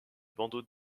bandeau